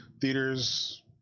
theaters